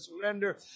surrender